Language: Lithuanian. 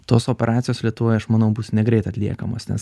tos operacijos lietuvoj aš manau bus negreit atliekamos nes